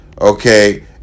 Okay